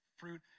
fruit